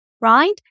right